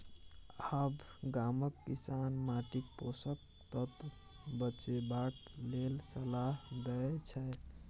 आब गामक किसान माटिक पोषक तत्व बचेबाक लेल सलाह दै छै